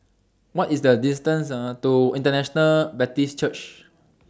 What IS The distance to International Baptist Church